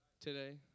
today